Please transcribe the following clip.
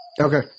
Okay